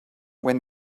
when